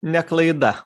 ne klaida